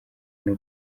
n’u